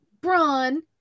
Braun